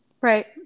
Right